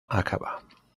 acaba